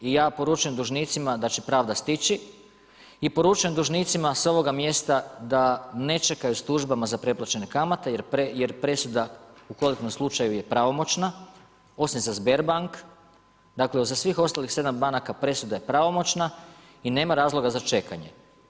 I ja poručujem dužnicima, da će pravda stići i poručujem dužnicima s ovoga mjesta, da ne čekaju službama za preplaćene kamate, jer presuda u konkretnom slučaju je pravomoćna, osim za Sperbank, dakle, za svih ostalih 7 banaka presuda je pravomoćna i nema razloga za čekanje.